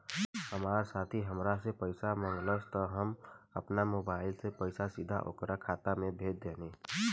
हमार साथी हामरा से पइसा मगलस त हम आपना मोबाइल से पइसा सीधा ओकरा खाता में भेज देहनी